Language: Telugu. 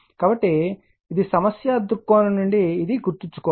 కాబట్టి ఇది సమస్యా దృక్కోణం నుండి ఇది గుర్తుంచుకోవాలి